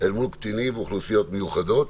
אל מול קטינים ואוכלוסיות מיוחדות",